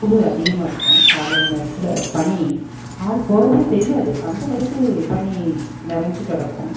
குளிர் அதிகமாகர்க்கும் காலையில நேரத்தில் பனி ஆள் போகிறதே தெரியாது அந்தளவுக்கு பனி நிறைஞ்சு கிடக்கும்